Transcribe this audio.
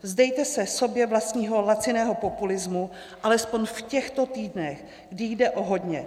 Vzdejte se sobě vlastního laciného populismu alespoň v těchto týdnech, kdy jde o hodně.